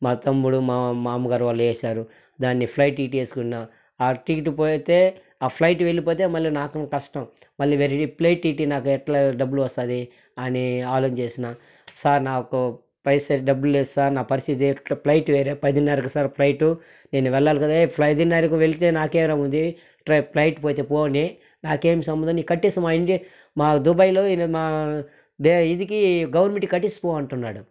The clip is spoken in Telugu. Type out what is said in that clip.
మా తమ్ముడు మా మామగారు వాళ్ళు వేశారు దాని ఫ్లైట్ టికెట్ వేసుకున్న ఆ టికెట్ పోతే ఆ ఫ్లైట్ వెళ్ళిపోతే నాకు కష్టం మళ్ళీ వేరే ఫ్లైట్ టికెట్కి నాకు ఎట్లా డబ్బులు వస్తుంది అని ఆలోచన చేసిన సార్ నాకు పైసాకి డబ్బులు లేదు సార్ నా పరిస్థితి ఫ్లైట్ వేరే పదిన్నరకి సార్ ఫ్లైట్ నేను వెళ్ళాలి కదా సార్ ఐదున్నర వెళ్తే నాకేరా ఉంది ట్రై ఫ్లైట్ పోతే పోనీ నాకేమి సంబంధం కట్టేసి మా ఇండియా మా దుబాయ్లో మా దే ఇదికి గవర్నమెంట్కి కట్టేసిపో అంటున్నాడు